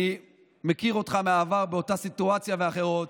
אני מכיר אותך מהעבר, מאותה סיטואציה ואחרות.